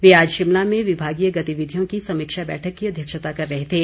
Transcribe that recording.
वे आज शिमला में विभागीय गतिविधियों की समीक्षा बैठक की अध्यक्षता कर रहे थे